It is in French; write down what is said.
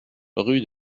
rue